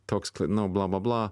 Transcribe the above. toks nu bla bla bla